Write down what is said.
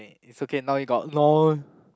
it's okay now you got